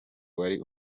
wari